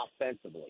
offensively